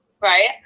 right